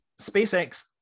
SpaceX